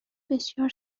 بسیار